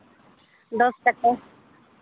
ᱫᱚᱥ ᱴᱟᱠᱟ